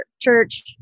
church